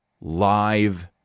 live